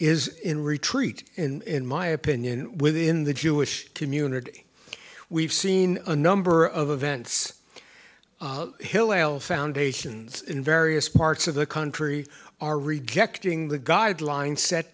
is in retreat in my opinion within the jewish community we've seen a number of events hillel foundations in various parts of the country are rejecting the guidelines set